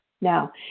Now